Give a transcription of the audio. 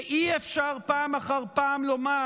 ואי-אפשר פעם אחר פעם לומר: